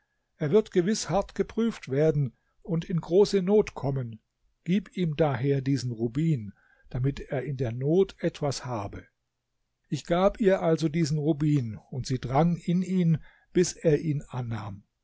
er wird gewiß hart geprüft werden und in große not kommen gib ihm daher diesen rubin damit er in der not etwas habe ich gab ihr also diesen rubin und sie drang in ihn bis er ihn annahm